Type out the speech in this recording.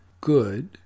good